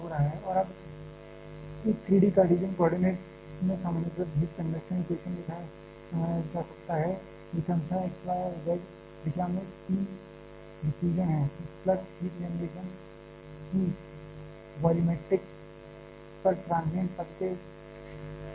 और अब एक 3D कार्टेशियन कोऑर्डिनेट में सामान्यीकृत हीट कंडक्शन इक्वेशन लिखा जा सकता है ये क्रमशः x y और z दिशा में तीन डिफ्यूजन पद हैं प्लस हीट जनरेशन की वॉल्यूमेट्रिक दर ट्रांजियंट पद के बराबर है